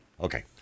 Okay